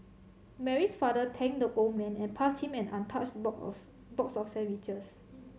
Mary's father thanked the old man and passed him an untouched box of sandwiches